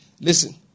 listen